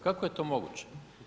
Kako je to moguće?